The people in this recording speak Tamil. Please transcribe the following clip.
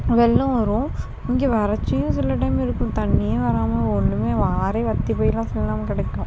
வெள்ளம் வரும் இங்கே வறட்சியும் சில டைம் இருக்கும் தண்ணியும் வராமல் ஒன்றுமே ஆறே வற்றி போயெல்லாம் சில கிடக்கும்